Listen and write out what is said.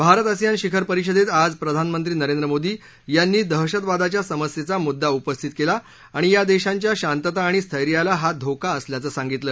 Bharat ASEAN शिखर परिषदेत आज प्रधानमंत्री नरेंद्र मोदी यांनी दहशतवादाच्या समस्येचा मुद्दा उपस्थित केला आणि या देशांच्या शांतता आणि स्थैर्याला हा धोका असल्याचं सांगितलं